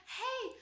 hey